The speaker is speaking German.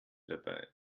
dabei